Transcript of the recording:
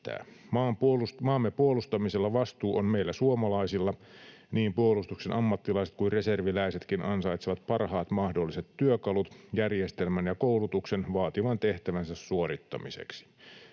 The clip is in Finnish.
Maamme puolustamisessa vastuu on meillä suomalaisilla. Niin puolustuksen ammattilaiset kuin reserviläisetkin ansaitsevat parhaat mahdolliset työkalut, järjestelmän ja koulutuksen vaativan tehtävänsä suorittamiseksi.